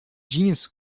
jeans